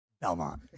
Belmont